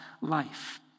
life